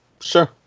Sure